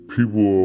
People